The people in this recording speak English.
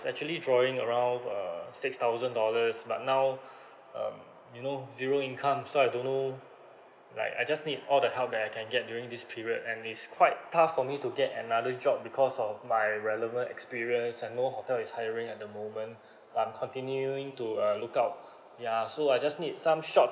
actually drawing around uh six thousand dollars but now um you know zero income so I don't know right I just need all the help that I can get during this period and it's quite tough for me to get another job because of my relevant experience and no hotel is hiring at the moment I'm continuing to uh look out yeah so I just need some short